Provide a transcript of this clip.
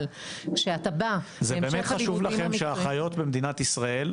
זה באמת חשוב לכם שהאחיות במדינת ישראל,